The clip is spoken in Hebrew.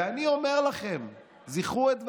ואני אומר לכם, זכרו את דבריי: